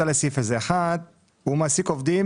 אחת, הוא מעסיק עובדים.